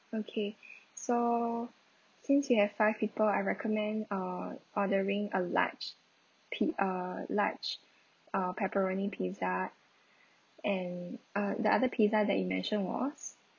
okay so since you have five people I recommend uh ordering a large pi~ uh large uh pepperoni pizza and uh the other pizza that you mention was